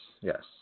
yes